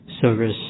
service